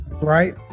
right